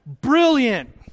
brilliant